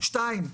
שתיים,